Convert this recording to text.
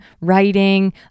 writing